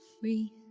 free